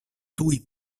tuj